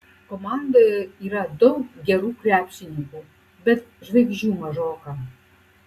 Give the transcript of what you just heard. komandoje yra daug gerų krepšininkų bet žvaigždžių mažoka